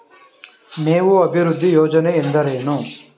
ಮೇವು ಅಭಿವೃದ್ಧಿ ಯೋಜನೆ ಎಂದರೇನು?